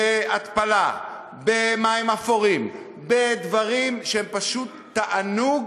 בהתפלה, במים אפורים, בדברים שהם פשוט תענוג